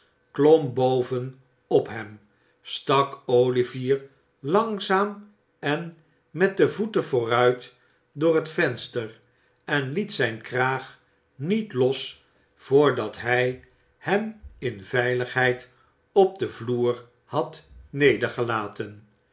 klom boven op hem stak olivier langzaam en met de voeten vooruit door het venster en liet zijn kraag niet los voordat hij hem in veiligheid op den vloer had